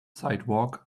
sidewalk